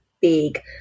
big